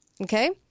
Okay